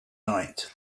night